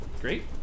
Great